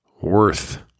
worth